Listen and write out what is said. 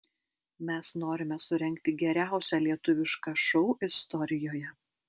mes norime surengti geriausią lietuvišką šou istorijoje